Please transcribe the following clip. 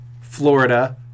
Florida